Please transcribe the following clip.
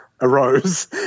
arose